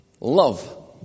Love